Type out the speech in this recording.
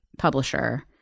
publisher